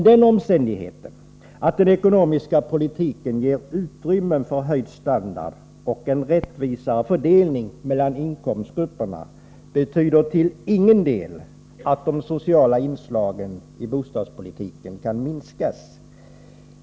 Den omständigheten att den ekonomiska politiken ger utrymme för höjd standard och en rättvisare fördelning mellan inkomstgrupperna betyder dock till ingen del att de sociala inslagen i bostadspolitiken kan minskas.